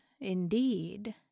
indeed